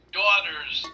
daughters